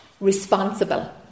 responsible